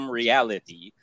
reality